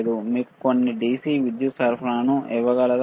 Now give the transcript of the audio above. ఇది మీకు DC విద్యుత్ సరఫరాను ఇవ్వగలదా